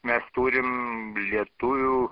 mes turim lietuvių